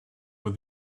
were